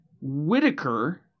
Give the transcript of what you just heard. Whitaker